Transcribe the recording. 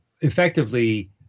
effectively